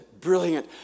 brilliant